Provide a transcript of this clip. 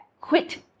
Quit